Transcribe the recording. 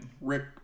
Rick